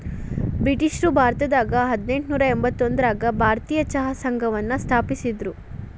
ಬ್ರಿಟಿಷ್ರು ಭಾರತದಾಗ ಹದಿನೆಂಟನೂರ ಎಂಬತ್ತೊಂದರಾಗ ಭಾರತೇಯ ಚಹಾ ಸಂಘವನ್ನ ಸ್ಥಾಪಿಸಿದ್ರು